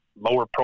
lower